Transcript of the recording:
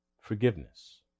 Forgiveness